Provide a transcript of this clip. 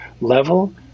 level